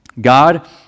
God